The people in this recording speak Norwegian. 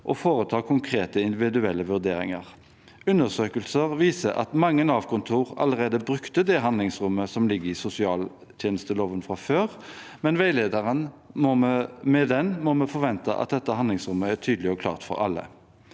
og foreta konkrete, individuelle vurderinger. Undersøkelser viser at mange Nav-kontor allerede brukte det handlingsrommet som ligger i sosialtjenesteloven fra før, men med veilederen må vi forvente at dette handlingsrommet er tydelig og klart for alle.